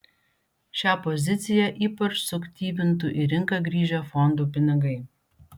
šią poziciją ypač suaktyvintų į rinką grįžę fondų pinigai